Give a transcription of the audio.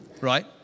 right